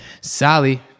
sally